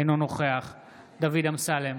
אינו נוכח דוד אמסלם,